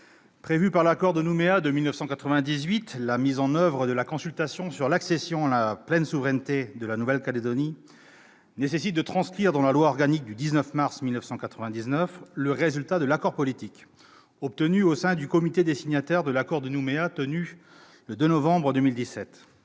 prévue par l'accord de Nouméa de 1998, la mise en oeuvre de la consultation sur l'accession à la pleine souveraineté de la Nouvelle-Calédonie nécessite de transcrire dans la loi organique du 19 mars 1999 le résultat de l'accord politique obtenu au sein du comité des signataires de l'accord de Nouméa, tenu le 2 novembre 2017.